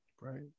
Right